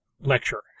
lecture